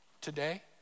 Today